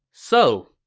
so,